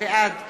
בעד